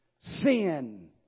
sin